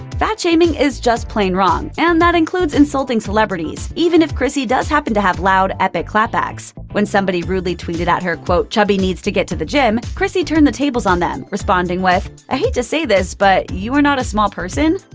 fat-shaming is just plain wrong, and that includes insulting celebrities even if chrissy does happen to have loud, epic clap-backs. when someone rudely tweeted at her, quote, chubby needs to get to the gym, chrissy turned the tables on them, responding with, i hate to say this but. you are not a small person?